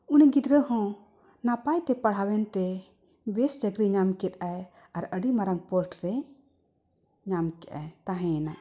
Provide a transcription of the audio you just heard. ᱩᱱᱤ ᱜᱤᱫᱽᱨᱟᱹ ᱦᱚᱸ ᱱᱟᱯᱟᱭ ᱛᱮ ᱯᱟᱲᱦᱟᱣᱮᱱ ᱛᱮ ᱵᱮᱥ ᱪᱟᱹᱠᱨᱤ ᱧᱟᱢ ᱠᱮᱫᱟᱭ ᱟᱨ ᱟᱹᱰᱤ ᱢᱟᱨᱟᱝ ᱯᱳᱥᱴ ᱨᱮ ᱧᱟᱢ ᱠᱮᱜ ᱟᱭ ᱛᱟᱦᱮᱱᱟᱭ